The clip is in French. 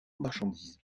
marchandises